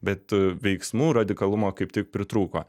bet veiksmų radikalumo kaip tik pritrūko